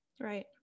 Right